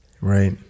Right